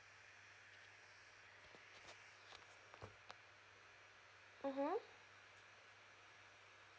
mmhmm